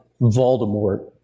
Voldemort